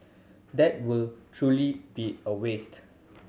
that will truly be a waste